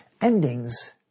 Endings